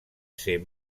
ser